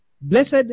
blessed